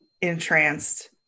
entranced